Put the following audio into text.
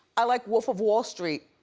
i like wolf of wall street.